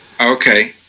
Okay